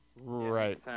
Right